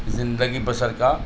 زندگی بسر کا